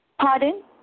Pardon